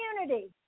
community